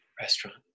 restaurant